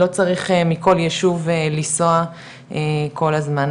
לא צריך מכל יישוב לנסוע כל הזמן.